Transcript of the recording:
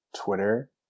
Twitter